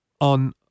on